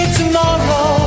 tomorrow